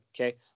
okay